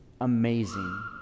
amazing